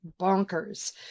bonkers